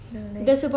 I know right